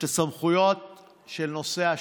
בנושא השמירה.